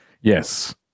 Yes